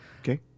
Okay